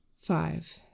Five